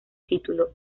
título